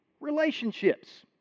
relationships